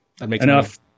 enough